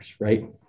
right